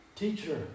teacher